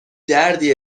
دردی